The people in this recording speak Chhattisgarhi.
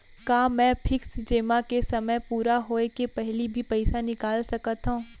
का मैं फिक्स जेमा के समय पूरा होय के पहिली भी पइसा निकाल सकथव?